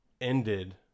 ended